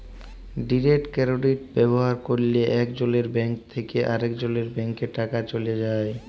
direct credit ব্যাভার ক্যরলে একজলের ব্যাংক থ্যাকে আরেকজলের ব্যাংকে টাকা চ্যলে যায়